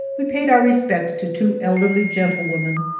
we paid our respects to two elderly gentlewomen,